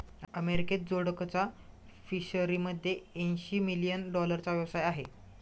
अमेरिकेत जोडकचा फिशरीमध्ये ऐंशी मिलियन डॉलरचा व्यवसाय आहे